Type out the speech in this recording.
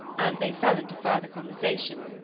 and they fell into further conversation.